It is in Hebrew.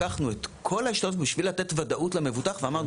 לקחנו את כל ההשתתפויות בשביל לתת ודאות למבוטח ואמרנו